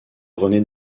rené